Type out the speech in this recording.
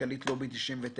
מנכ"לית "לובי 99",